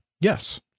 Yes